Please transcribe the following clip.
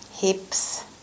hips